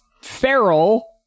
feral